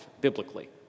biblically